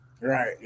Right